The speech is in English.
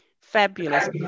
Fabulous